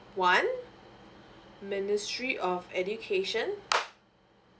one ministry of education